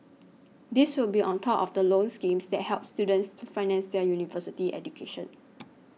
these will be on top of the loan schemes that help students to finance their university education